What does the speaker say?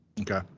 Okay